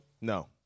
no